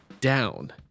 down